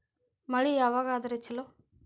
ಮಳಿ ಯಾವಾಗ ಆದರೆ ಛಲೋ?